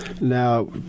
Now